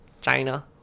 China